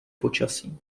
počasí